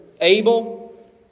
Abel